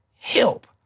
help